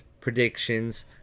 predictions